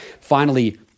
Finally-